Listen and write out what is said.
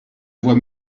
voix